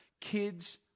kids